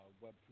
Web